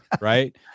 right